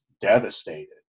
devastated